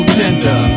tender